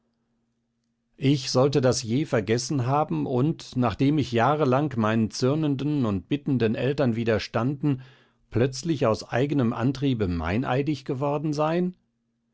ich sollte das je vergessen haben und nachdem ich jahrelang meinen zürnenden und bittenden eltern widerstanden plötzlich aus eigenem antriebe meineidig geworden sein